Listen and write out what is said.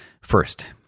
First